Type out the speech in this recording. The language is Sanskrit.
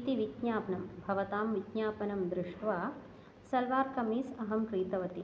इति विज्ञापनं भवतां विज्ञापनं दृष्ट्वा सेल्वार्कमीस् अहं क्रीतवती